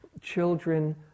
children